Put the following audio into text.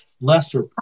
lesser